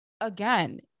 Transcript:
again